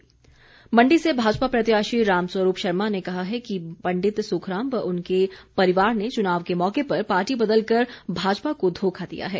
राम स्वरूप मण्डी से भाजपा प्रत्याशी रामस्वरूप शर्मा ने कहा है कि पंडित सुखराम व उनके परिवार ने चुनाव के मौके पर पार्टी बदल कर भाजपा को धोखा दिया है